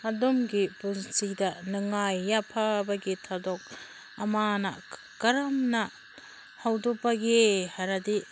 ꯑꯗꯣꯝꯒꯤ ꯄꯨꯟꯁꯤꯗ ꯅꯨꯡꯉꯥꯏ ꯌꯥꯏꯐꯕꯒꯤ ꯊꯧꯗꯣꯛ ꯑꯃꯅ ꯀꯔꯝꯅ ꯍꯧꯗꯣꯛꯄꯒꯦ ꯍꯥꯏꯔꯗꯤ